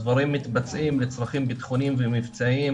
הדברים מתבצעים לצרכים ביטחוניים ומבצעיים